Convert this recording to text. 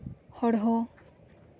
ᱦᱚᱲ ᱦᱚᱸ